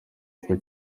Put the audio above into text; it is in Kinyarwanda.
uko